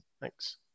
thanks